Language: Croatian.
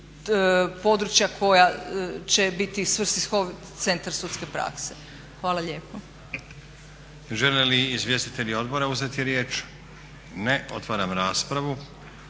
područja koja će biti svrsishodniji centar sudske prakse. Hvala lijepo. **Stazić, Nenad (SDP)** Žele li izvjestitelji odbora uzeti riječ? Ne. Otvaram raspravu.